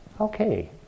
okay